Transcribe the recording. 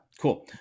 Cool